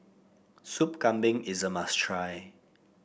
Soup Kambing is a must try